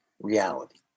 reality